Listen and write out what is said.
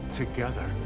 together